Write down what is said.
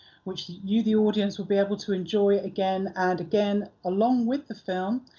which you the audience will be able to enjoy again and again, along with the film,